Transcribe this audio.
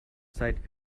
seit